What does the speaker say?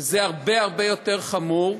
שזה הרבה הרבה יותר חמור,